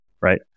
Right